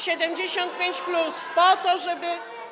75+, po to żeby.